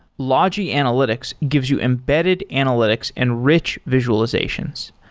logi analytics gives you embedded analytics and rich visualizations.